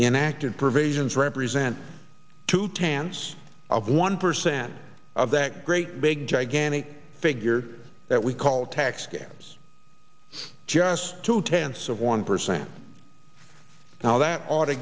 enacted provisions represent two tan's of one percent of that great big gigantic figure that we call taxpayers just two tenths of one percent now that ought